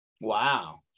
Wow